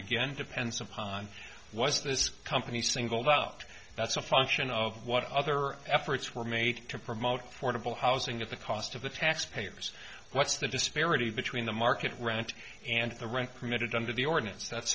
again depends upon was this company singled out that's a function of what other efforts were made to promote fordable housing at the cost of the tax payers what's the disparity between the market rent and the rent permitted under the ordinance that's